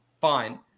fine